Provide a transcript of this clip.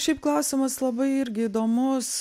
šiaip klausimas labai irgi įdomus